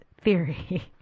theory